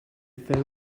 ferme